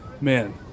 man